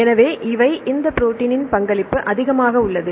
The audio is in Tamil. எனவே இவை இந்த ப்ரோடீனின் பங்களிப்பு அதிகமாக உள்ளது